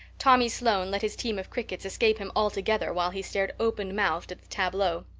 tommy sloane let his team of crickets escape him altogether while he stared open-mouthed at the tableau.